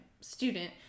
student